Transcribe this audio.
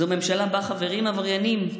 זו ממשלה שבה חברים עבריינים,